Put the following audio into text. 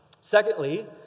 Secondly